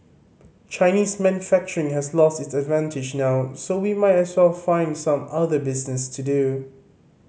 Chinese manufacturing has lost its advantage now so we might as well find some other business to do